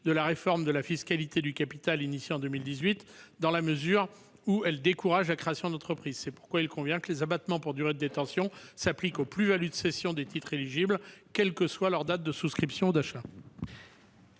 de la réforme de la fiscalité du capital engagée en 2018, dans la mesure où elle décourage la création d'entreprise. Les abattements pour durée de détention doivent donc s'appliquer aux plus-values de cession des titres éligibles, quelle que soit la date de souscription ou d'achat.